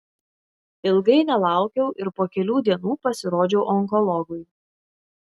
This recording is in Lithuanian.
ilgai nelaukiau ir po kelių dienų pasirodžiau onkologui